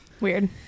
Weird